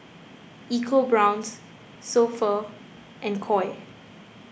EcoBrown's So Pho and Koi